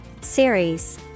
Series